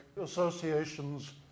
associations